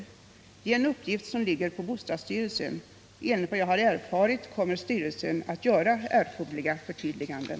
Det ären uppgift som ligger på bostadsstyrelsen. Enligt vad jag har erfarit kommer styrelsen att göra erforderliga förtydliganden.